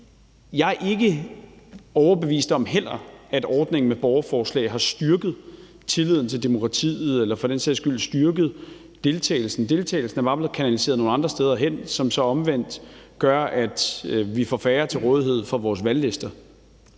heller ikke overbevist om, at ordningen med borgerforslag har styrket tilliden til demokratiet eller for den sags skyld styrket deltagelsen i det. Deltagelsen er bare blevet kanaliseret nogle andre steder hen, hvilket så omvendt gør, at vi får færre til rådighed for vores valglister.